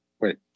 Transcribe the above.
wait